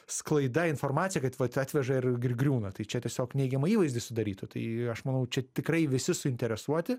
sklaida informacija kad vat atveža ir ir griūna tai čia tiesiog neigiamą įvaizdį sudarytų tai aš manau čia tikrai visi suinteresuoti